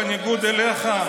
בניגוד אליך,